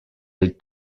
les